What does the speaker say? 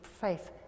faith